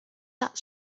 that